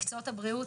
מקצועות הבריאות,